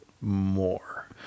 more